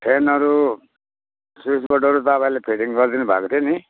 फ्यानहरू स्विच बोर्डहरू तपाईँले फिटिङ गरिदिनु भएको थियो नि